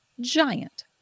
giant